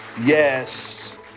Yes